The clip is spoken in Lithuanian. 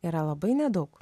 yra labai nedaug